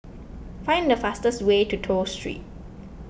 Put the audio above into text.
find the fastest way to Toh Street